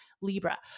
Libra